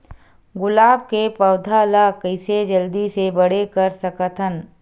गुलाब के पौधा ल कइसे जल्दी से बड़े कर सकथन?